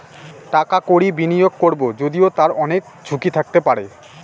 টাকা কড়ি বিনিয়োগ করবো যদিও তার অনেক ঝুঁকি থাকতে পারে